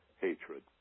hatred